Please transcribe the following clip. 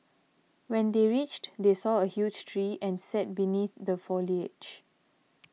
when they reached they saw a huge tree and sat beneath the foliage